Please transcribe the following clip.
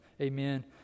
Amen